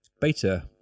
beta